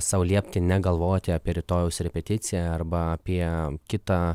sau liepti negalvoti apie rytojaus repeticiją arba apie kitą